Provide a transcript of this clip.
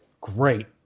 great